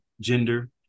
gender